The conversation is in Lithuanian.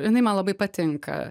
jinai man labai patinka